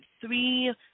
three